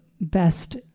best